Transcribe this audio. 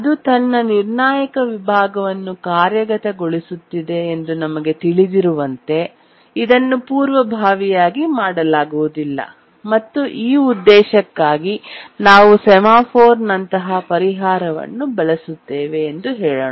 ಅದು ತನ್ನ ನಿರ್ಣಾಯಕ ವಿಭಾಗವನ್ನು ಕಾರ್ಯಗತಗೊಳಿಸುತ್ತಿದೆ ಎಂದು ನಮಗೆ ತಿಳಿದಿರುವಂತೆ ಇದನ್ನು ಪೂರ್ವಭಾವಿಯಾಗಿ ಮಾಡಲಾಗುವುದಿಲ್ಲ ಮತ್ತು ಈ ಉದ್ದೇಶಕ್ಕಾಗಿ ನಾವು ಸೆಮಾಫೋರ್ನಂತಹ ಪರಿಹಾರವನ್ನು ಬಳಸುತ್ತೇವೆ ಎಂದು ಹೇಳೋಣ